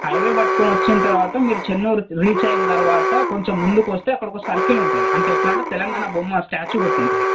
highway పట్టుకుని వచ్చిన తర్వాత మీరు చెన్నూరు రీచ్ అయిన తర్వాత కొంచెం ముందుకు వస్తే అక్కడ ఒక సర్కిల్ ఉంటుంది అంటే ఎట్లా అంటే తెలంగాణ బొమ్మ స్టాచ్యూ పెట్టి ఉంటుంది